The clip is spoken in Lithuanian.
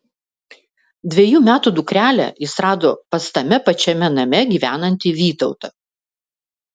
dvejų metų dukrelę jis rado pas tame pačiame name gyvenantį vytautą